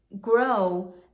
grow